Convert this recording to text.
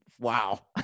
wow